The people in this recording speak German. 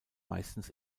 meistens